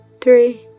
three